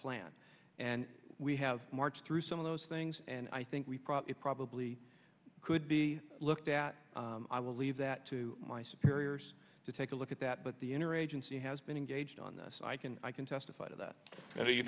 plan and we have marched through some of those things and i think we probably probably could be looked at i will leave that to my superiors to take a look at that but the interagency has been engaged on this i can i can testify to that